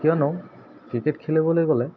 কিয়নো ক্ৰিকেট খেলিবলৈ গ'লে